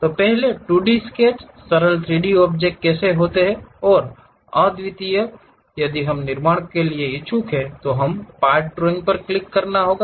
तो पहले 2 D sketch सरल 3 डी ऑब्जेक्ट हो सकते हैं जो अद्वितीय हैं यदि हम निर्माण के लिए इच्छुक हैं तो हमें पार्ट ड्राइंग पर क्लिक करना होगा